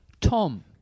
Tom